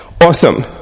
Awesome